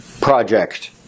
project